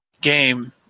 game